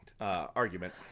argument